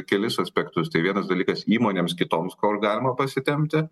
kelis aspektus tai vienas dalykas įmonėms kitoms kur galima pasitempti